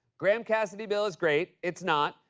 graham-cassidy bill is great. it's not.